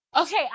Okay